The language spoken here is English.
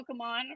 Pokemon